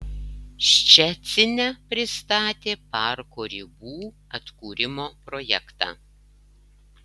ščecine pristatė parko ribų atkūrimo projektą